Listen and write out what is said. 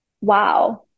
wow